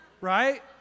right